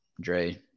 Dre